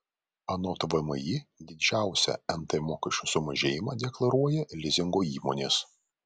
anot vmi didžiausią nt mokesčio sumažėjimą deklaruoja lizingo įmonės